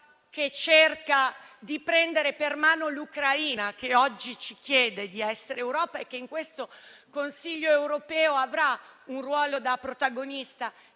che cerca di prendere per mano l'Ucraina, che oggi ci chiede di essere Europa e che in questo Consiglio europeo avrà un ruolo da protagonista